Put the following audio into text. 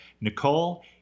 Nicole